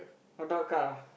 hot dog cart ah